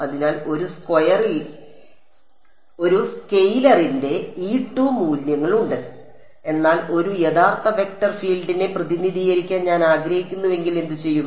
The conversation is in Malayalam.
അതിനാൽ ഒരു സ്കെയിലറിന്റെ മൂല്യമുണ്ട് എന്നാൽ ഒരു യഥാർത്ഥ വെക്റ്റർ ഫീൽഡിനെ പ്രതിനിധീകരിക്കാൻ ഞാൻ ആഗ്രഹിക്കുന്നുവെങ്കിൽ എന്തുചെയ്യും